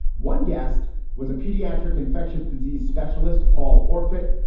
one guest was a pediatric infectious disease specialist, paul offit.